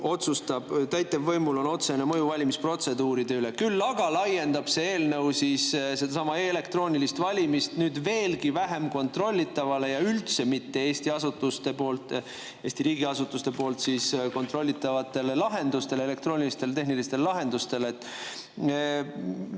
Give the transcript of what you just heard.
otsustab, täitevvõimul on otsene mõju valimisprotseduuride üle. Küll aga laiendab see eelnõu sedasama elektroonilist valimist veelgi vähem kontrollitavate ja üldse mitte Eesti riigiasutuste kontrollitavate elektrooniliste tehniliste lahenduste